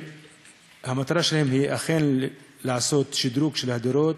שהמטרה שלהם היא אכן לעשות שדרוג של דירות,